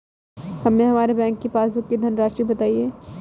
हमें हमारे बैंक की पासबुक की धन राशि बताइए